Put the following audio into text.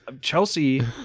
Chelsea